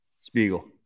Spiegel